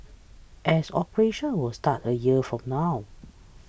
as operations will start a year from now